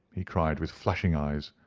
he cried, with flashing eyes,